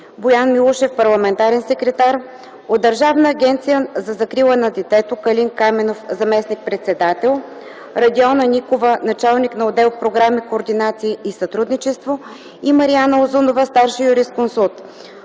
Боян Милушев, парламентарен секретар; от Държавната агенция за закрила на детето – Калин Каменов, заместник-председател, Радиона Никова, началник на отдел „Програми, координация и сътрудничество”, и Мариана Узунова, старши юрисконсулт;